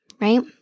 right